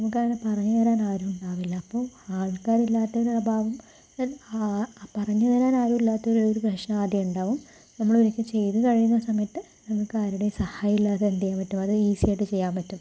നമുക്ക് അങ്ങനെ പറഞ്ഞുതരാൻ ആരും ഉണ്ടാവില്ല അപ്പോൾ ആൾക്കാരില്ലാത്തതിന്റെ ഒരഭാവം പറഞ്ഞുതരാൻ ആരുമില്ലാത്തതിന്റെ ഒരു പ്രശ്നം ആദ്യം ഉണ്ടാവും നമ്മൾ ഒരിക്കൽ ചെയ്തു കഴിയുന്ന സമയത്ത് നമുക്ക് ആരുടെയും സഹായമില്ലാതെ എന്ത് ചെയ്യാൻ പറ്റും അതും ഈസി ആയിട്ട് ചെയ്യാൻ പറ്റും